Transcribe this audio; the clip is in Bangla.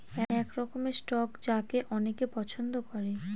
এক রকমের স্টক যাকে অনেকে পছন্দ করে